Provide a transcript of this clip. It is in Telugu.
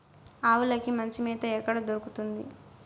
ఆవులకి మంచి మేత ఎక్కడ దొరుకుతుంది?